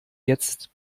jetzt